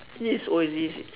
this old this